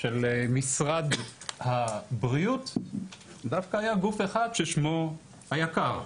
של משרד הבריאות דווקא היה גוף אחד ששמו היקר.